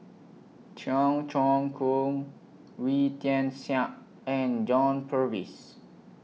Cheong Choong Kong Wee Tian Siak and John Purvis